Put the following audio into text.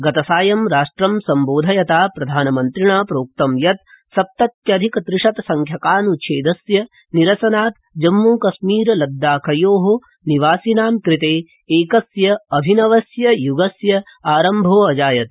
गतसायं राष्ट्र संबोधयता प्रधानमन्त्रिणा प्रोक्तं यत् सप्तत्यधिक त्रिशत संख्याकानुच्छेदस्य निरसनात् जम्मू कश्मीर लद्दाखयो निवासिनां कृते एकस्य अभिनवस्य युगस्य आरम्भोऽजायत